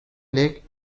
lake